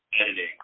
editing